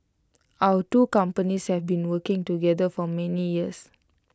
our two companies have been working together for many years